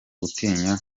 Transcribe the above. gutinya